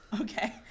Okay